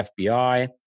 FBI